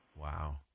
Wow